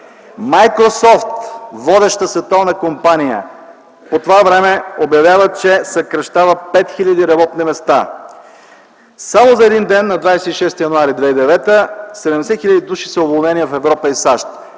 „Майкрософт”, водеща световна компания, по това време обявява, че съкращава 5000 работни места. Само за един ден, на 26 януари 2009 г., 70 хил. души са уволнени в Европа и САЩ.